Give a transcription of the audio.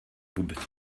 vůbec